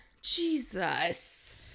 Jesus